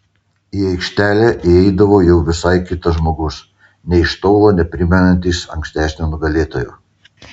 į aikštelę įeidavo jau visai kitas žmogus nė iš tolo neprimenantis ankstesnio nugalėtojo